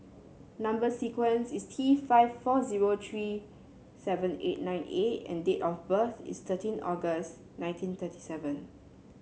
number sequence is T five four zero three seven eight nine A and date of birth is thirteen August nineteen thirty seven